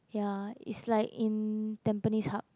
ya it's like in Tampines Hub